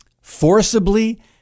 forcibly